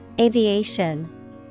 Aviation